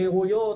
מהירויות,